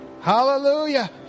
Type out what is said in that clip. hallelujah